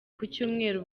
kucyumweru